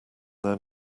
their